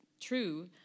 true